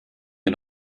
wir